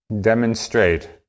demonstrate